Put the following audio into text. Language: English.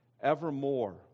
evermore